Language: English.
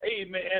amen